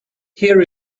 here